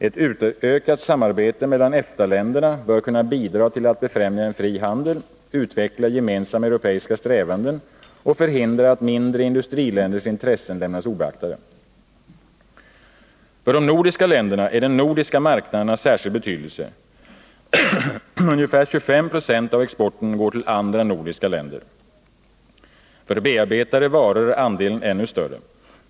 Ett utökat samarbete mellan EFTA-länderna bör kunna bidra till att befrämja en fri handel, utveckla gemensamma europeiska strävanden och förhindra att mindre industriländers intressen lämnas obeaktade. För de nordiska länderna är den nordiska marknaden av särskild betydelse. Ungefär 25 26 av exporten går till andra nordiska länder. För bearbetade varor är andelen ännu större.